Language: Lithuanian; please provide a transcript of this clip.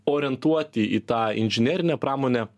orientuoti į tą inžinerinę pramonę